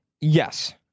Yes